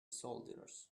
soldiers